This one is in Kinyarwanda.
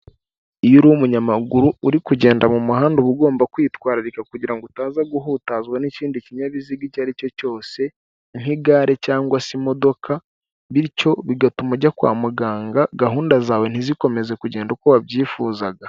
Iyo uri umunyamaguru uri kugenda mu muhanda uba ugomba kwitwararika kugirango utaza guhutazwa n'ikindi kinyabiziga icyo ari cyo cyose nk'igare cg se imodoka bityo bigatuma ujya kwa muganga gahunda zawe ntizikomeze kugenda uko wabyifuzaga.